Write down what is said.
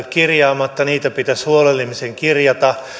kirjaamatta niitä pitäisi huolellisemmin kirjata